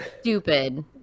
Stupid